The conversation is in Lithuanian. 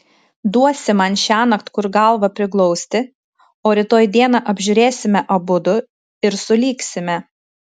duosi man šiąnakt kur galvą priglausti o rytoj dieną apžiūrėsime abudu ir sulygsime